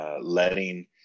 letting